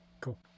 Cool